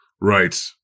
Right